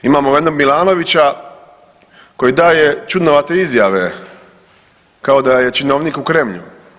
Imamo jednog Milanovića koji daje čudnovate izjave kao da je činovnik u Kremlju.